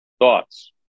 thoughts